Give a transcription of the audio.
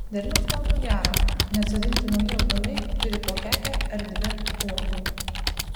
derliaus laukiu gero net sodinti nauji augalai turi po kekę ar dvi uogų